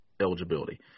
eligibility